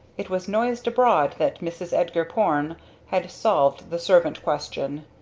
it was noised abroad that mrs. edgar porne had solved the servant question.